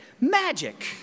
Magic